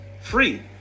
free